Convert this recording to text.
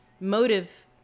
motive